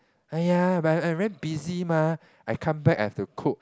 !aiya! but I very busy mah I come back I have to cook